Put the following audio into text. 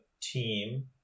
team